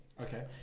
Okay